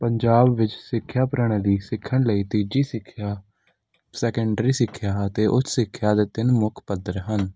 ਪੰਜਾਬ ਵਿੱਚ ਸਿੱਖਿਆ ਪ੍ਰਣਾਲੀ ਸਿੱਖਣ ਲਈ ਤੀਜੀ ਸਿਖਿਆ ਸੈਕੰਡਰੀ ਸਿੱਖਿਆ ਹੈ ਅਤੇ ਉਸ ਸਿੱਖਿਆ ਦੇ ਤਿੰਨ ਮੁੱਖ ਪੱਧਰ ਹਨ